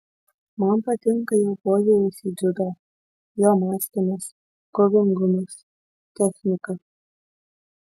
man patinka jo požiūris į dziudo jo mąstymas kovingumas technika